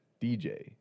dj